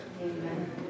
Amen